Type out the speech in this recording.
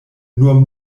nur